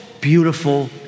beautiful